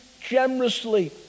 generously